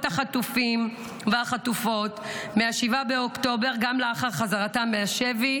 החטופים והחטופות מ-7 באוקטובר גם לאחר חזרתם מהשבי